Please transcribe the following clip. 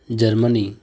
Germany